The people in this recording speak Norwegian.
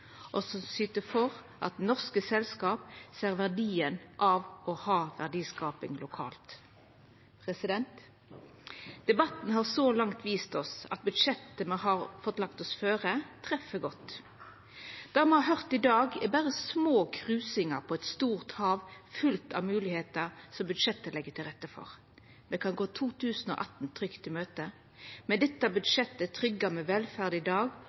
selskap og syter for at også norske selskap ser verdien av å ha verdiskaping lokalt. Debatten har så langt vist oss at budsjettet me har fått lagt oss føre, treffer godt. Det me har høyrt her i dag, er berre små krusingar på eit stort hav fullt av moglegheiter som budsjettet legg til rette for. Me kan gå 2018 trygt i møte. Med dette budsjettet tryggjar me velferda i dag